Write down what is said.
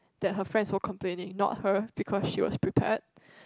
that her friends were complaining not her because she was prepared